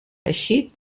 eixit